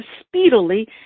speedily